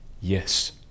Yes